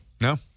No